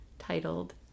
titled